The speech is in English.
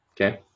okay